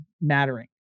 mattering